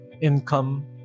income